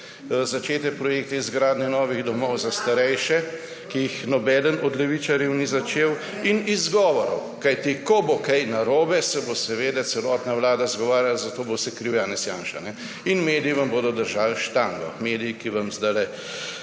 začete projekte, izgradnjo novih domov za starejše, ki je nobeden od levičarjev ni začel. In izgovorov, kajti ko bo kaj narobe, se bo seveda celotna vlada izgovarjala, za vse bo kriv Janez Janša. In mediji vam bodo držali štango, mediji, ki vam zdajle